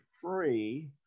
free